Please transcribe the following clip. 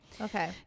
okay